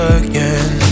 again